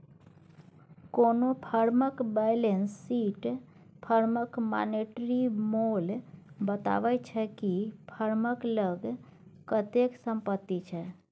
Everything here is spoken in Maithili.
कोनो फर्मक बेलैंस सीट फर्मक मानेटिरी मोल बताबै छै कि फर्मक लग कतेक संपत्ति छै